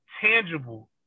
Tangible